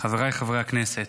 חבריי חברי הכנסת,